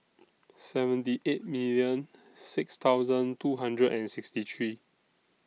seven D eight million six thousand two hundred and sixty three